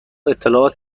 اطلاعات